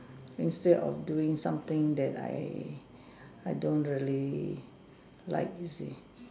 instead of doing something that I I don't really like you see